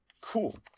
cool